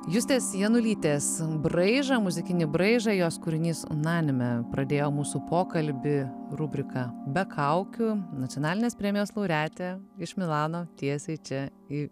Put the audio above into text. justės janulytės braižą muzikinį braižą jos kūrinys nanime pradėjo mūsų pokalbį rubrika be kaukių nacionalinės premijos laureatė iš milano tiesiai čia į